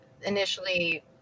initially